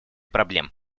проблем